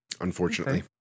unfortunately